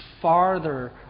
farther